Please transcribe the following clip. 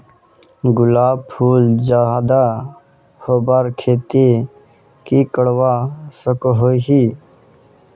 गुलाब फूल ज्यादा होबार केते की करवा सकोहो ही?